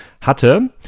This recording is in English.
hatte